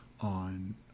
on